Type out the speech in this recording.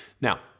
Now